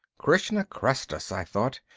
krishna kressed us! i thought,